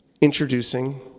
introducing